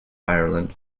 ireland